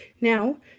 Now